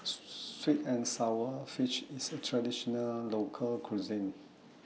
Sweet and Sour Fish IS A Traditional Local Cuisine